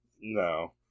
No